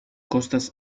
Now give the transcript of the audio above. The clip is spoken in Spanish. costas